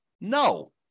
No